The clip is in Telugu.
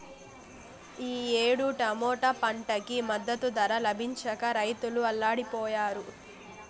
ఈ ఏడు టమాటా పంటకి మద్దతు ధర లభించక రైతులు అల్లాడిపొయ్యారు